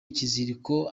ikiziriko